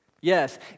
Yes